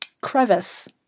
crevice